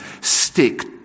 stick